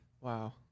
Wow